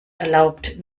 erlaubt